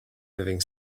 moving